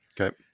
Okay